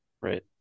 Right